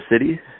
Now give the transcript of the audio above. city